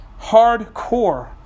Hardcore